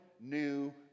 new